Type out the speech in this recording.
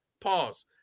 Pause